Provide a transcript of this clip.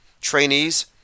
Trainees